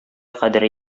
кадере